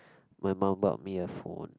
my mum bought me a phone